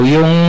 Yung